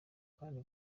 kandi